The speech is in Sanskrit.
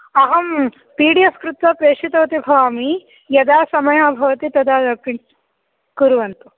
अहं पिडिएफ् कृत्वा प्रेषितवती भवामि यदा समयः भवति तदा किञ्चित् कुर्वन्तु